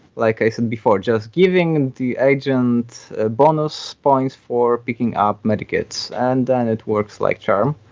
like i said before, just giving the agent ah bonus points for picking up med kits, and then it works like charm.